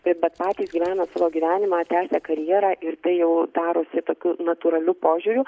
taip bet patys gyvena savo gyvenimą tęsia karjerą ir tai jau darosi tokiu natūraliu požiūriu